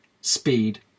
speed